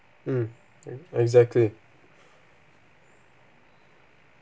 mm e~ exactly